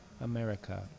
America